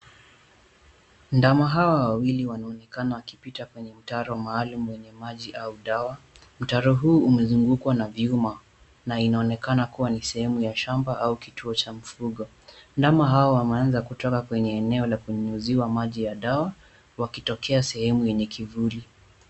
Ndama hawa wawili wanaonekana wakipita kwenye mtaro maalum wenye maji au dawa. Mtaro huu umezungukwa na vyuma na inaonekana kuwa ni sehemu ya shamba au kituo cha mifugo. Ndama hao wameanza kutoka kwenye eneo ya kunyunyuziwa maji ya dawa wakitokea sehemu yenye kivuli.